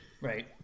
Right